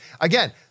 Again